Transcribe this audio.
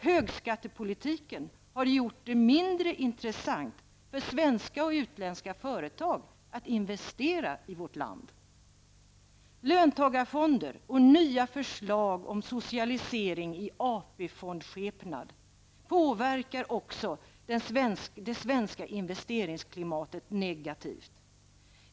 Högskattepolitiken har gjort det mindre intressant för svenska och utländska företag att investera i vårt land. AP-fondskepnad påverkar också det svenska investeringsklimatet negativt.